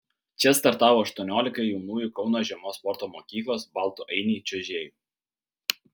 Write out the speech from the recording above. čia startavo aštuoniolika jaunųjų kauno žiemos sporto mokyklos baltų ainiai čiuožėjų